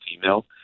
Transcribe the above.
female